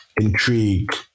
intrigue